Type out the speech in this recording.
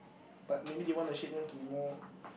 but maybe they wanna shape them to be more